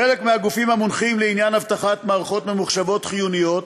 חלק מהגופים המונחים לעניין אבטחת מערכות ממוחשבות חיוניות